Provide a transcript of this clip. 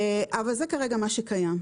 אבל זה כרגע מה שקיים.